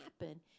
happen